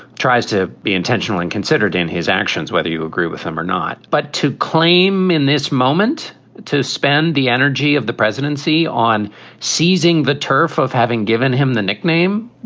tries to be intentionally considered in his actions, whether you agree with him or not but to claim in this moment to spend the energy of the presidency on seizing the turf of having given him the nickname.